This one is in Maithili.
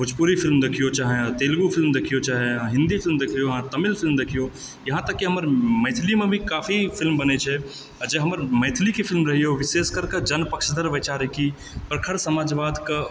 भोजपुरी फिल्म देखियौ चाहे तेलगु फिल्म देखियौ चाहे हिन्दी फिल्म देखियौ अहाँ तमिल फिल्म देखियौ यहाँ तक कि हमर मैथिली मे भी काफी फिल्म बनै छै आ जे हमर मैथिली के फिल्म रहैए ओ विशेषकर जनपक्षधर वैचारिकी प्रखर समाजवादके